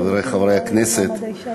חברי חברי הכנסת,